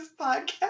podcast